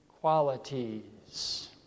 qualities